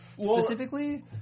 specifically